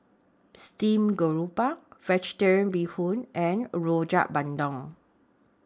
Stream Grouper Vegetarian Bee Hoon and Rojak Bandung